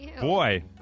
Boy